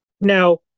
now